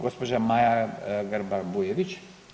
Gospođa Maja Grba Bujević.